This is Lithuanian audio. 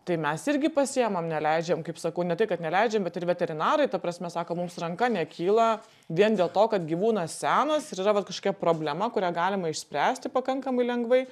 tai mes irgi pasiimam neleidžiam kaip sakau ne tai kad neleidžiam bet ir veterinarai ta prasme sako mums ranka nekyla vien dėl to kad gyvūnas senas ir yra vat kažkokia problema kurią galima išspręsti pakankamai lengvai